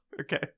Okay